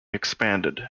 expanded